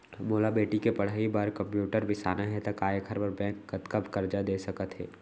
मोला बेटी के पढ़ई बार कम्प्यूटर बिसाना हे त का एखर बर बैंक कतका करजा दे सकत हे?